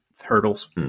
hurdles